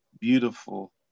beautiful